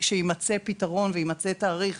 כשימצא פתרון ויימצא תאריך